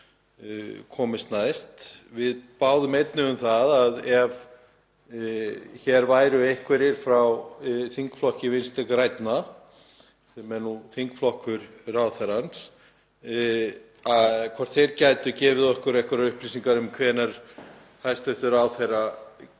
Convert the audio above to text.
komist næst. Við báðum einnig um að ef hér væru einhverjir frá þingflokki Vinstri grænna, sem er þingflokkur ráðherrans, hvort þeir gætu gefið okkur einhverjar upplýsingar um hvenær hæstv. ráðherra